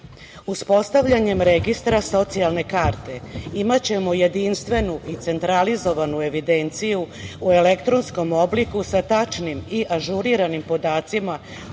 prava. Uspostavljanjem registra socijalne karte imaćemo jedinstvenu i centralizovanu evidenciju u elektronskom obliku sa tačnim i ažuriranim podacima